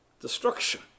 destruction